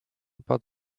bud